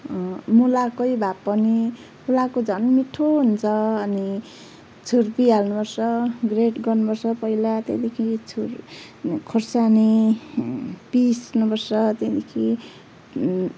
मूलाकै भए पनि मूलाको झन् मिठो हुन्छ अनि छुर्पि हाल्नु पर्छ ग्रेड गर्नु पर्छ पहिला त्यहाँदेखि छुर खोर्सानी पिस्नु पर्छ त्यहाँदेखि